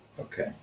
Okay